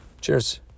Cheers